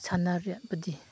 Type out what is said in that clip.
ꯁꯥꯟꯅꯔꯕꯗꯤ